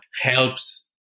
helps